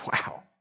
Wow